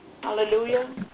Hallelujah